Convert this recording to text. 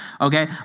okay